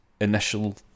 initial